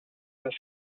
this